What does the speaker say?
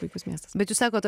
puikus miestas bet jūs sakot